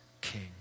king